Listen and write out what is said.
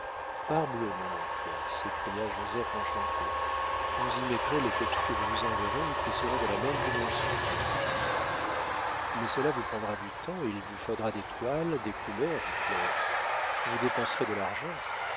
parbleu mon oncle s'écria joseph enchanté vous y mettrez les copies que je vous enverrai et qui seront de la même dimension mais cela vous prendra du temps et il vous faudra des toiles des couleurs dit flore vous dépenserez de l'argent